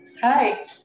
Hi